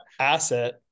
asset